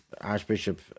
Archbishop